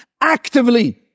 actively